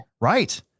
Right